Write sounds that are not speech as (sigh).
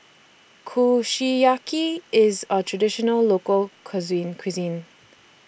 Kushiyaki IS A Traditional Local (unintelligible) Cuisine